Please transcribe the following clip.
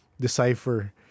decipher